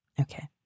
Okay